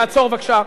תעצור בבקשה.